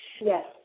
Yes